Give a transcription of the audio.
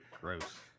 gross